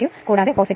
65 ആണ്